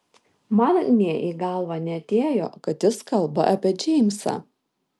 man nė į galvą neatėjo kad jis kalba apie džeimsą